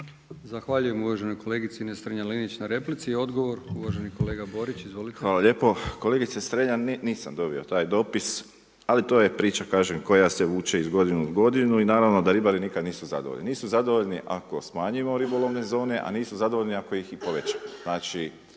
Zahvaljujem uvaženoj kolegici Ines Strenja-Linić na replici. Odgovor uvaženi kolega Borić. Izvolite. **Borić, Josip (HDZ)** Hvala lijepo. Kolegice Strenja, nisam dobio taj dopis ali to je priča kažem koja se vuče iz godine u godinu i naravno da ribari nikad nisu zadovoljni. Nisu zadovoljni ako smanjimo ribolovne zone, a nisu zadovoljni ako ih i povećamo. Znači